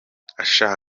akshay